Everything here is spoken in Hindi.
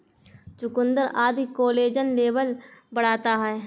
चुकुन्दर आदि कोलेजन लेवल बढ़ाता है